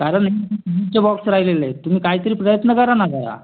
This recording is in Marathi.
सिरींजचे बॉक्स राहिलेले आहेत तुम्ही काहीतरी प्रयत्न करा ना जरा